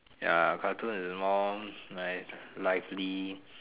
ya cartoons is more like lively